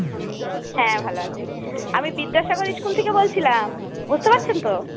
হুম হ্যাঁ ভালো আছি আমি বিদ্যাসাগর স্কুল থেকে বলছিলাম বুঝতে পারছেন তো